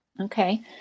Okay